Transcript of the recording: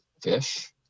fish